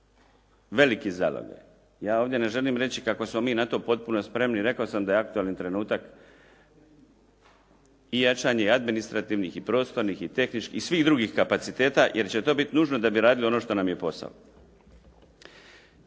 veliki zalogaj. Ja ovdje ne želim reći kako smo mi na to potpuno spremni. Rekao sam da je aktualni trenutak i jačanje administrativnih, prostornih i tehničkih i svih drugih kapaciteta jer će to biti nužno da bi radili ono što nam je posao.